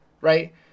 right